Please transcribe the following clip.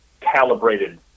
calibrated